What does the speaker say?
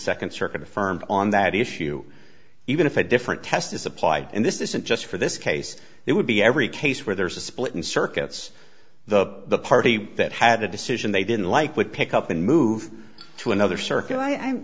second circuit affirmed on that issue even if a different test is applied and this isn't just for this case it would be every case where there's a split in circuits the party that had a decision they didn't like would pick up and move to another circuit i